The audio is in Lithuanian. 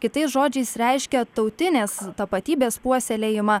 kitais žodžiais reiškia tautinės tapatybės puoselėjimą